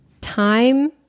time